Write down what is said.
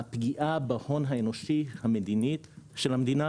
הפגיעה בהון האנושי המדינית של המדינה